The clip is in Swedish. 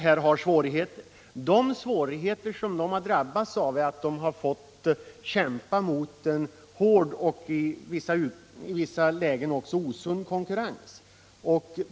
De svårigheter som företaget drabbats av består i att man fått kämpa mot en hård och i vissa lägen också osund konkurrens.